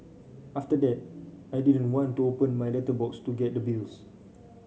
after that I didn't want to open my letterbox to get the bills